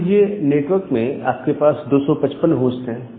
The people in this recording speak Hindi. मान लीजिए नेटवर्क में आपके पास 255 होस्ट है